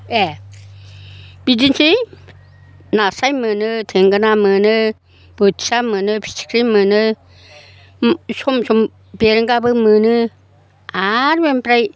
ए बिदिनोसै नास्राय मोनो थेंगोना मोनो बोथिया मोनो फिथिख्रि मोनो सम सम बेरेंगाबो मोनो आरो बेनिफ्राय